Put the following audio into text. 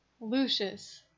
Lucius